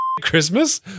christmas